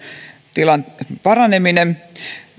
tilan paraneminen